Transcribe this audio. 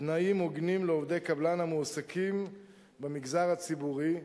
תנאים הוגנים לעובדי קבלן המועסקים במגזר הציבורי,